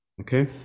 Okay